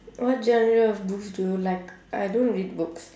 what genre of books do you like I don't read books